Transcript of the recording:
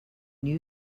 new